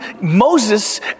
Moses